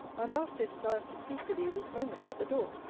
my master desires to speak with you this moment at the door.